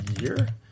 year